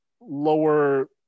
lower